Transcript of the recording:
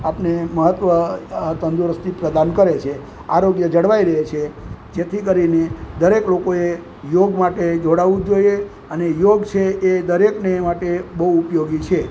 આપણે મહત્ત્વ તંદુરસ્તી પ્રદાન કરે છે આરોગ્ય જળવાઈ રહે છે જેથી કરીને દરેક લોકોએ યોગ માટે જોડાવું જોઈએ અને યોગ છે એ દરેકને માટે બહુ ઉપયોગી છે